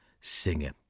Singer